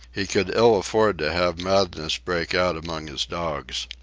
he could ill afford to have madness break out among his dogs.